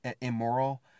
immoral